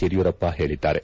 ಯಡಿಯೂರಪ್ಪ ಹೇಳದ್ದಾರೆ